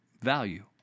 value